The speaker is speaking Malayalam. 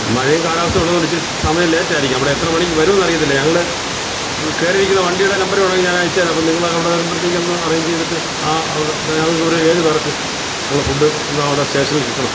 മഴയും കാലാവസ്ഥയും ഒള്ളതുകൊണ്ട് ഇച്ചിരി സമയം ലേറ്റായിരിക്കും അവിടെ എത്രമണിക്ക് വരുമെന്ന് അറിയത്തില്ല ഞങ്ങൾ കയറിയിരിക്കുന്ന വണ്ടിയുടെ നമ്പർ വേണമെങ്കിൽ ഞാൻ അയച്ചുതരാം അപ്പോൾ നിങ്ങൾ അവിടെ വരുമ്പോഴത്തേക്കൊന്ന് അറേൻഞ്ച് ചെയ്തിട്ട് ആ അവിടെ ഞങ്ങൾക്ക് ഒരു ഏഴ് പേർക്ക് ഉള്ള ഫുഡ് ഒന്ന് അവിടെ സ്റ്റേഷനിൽ കിട്ടണം